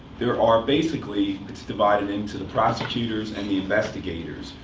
there are basically, it's divided into the prosecutors and the investigators.